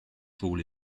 fall